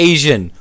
Asian